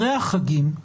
אחרי החגים,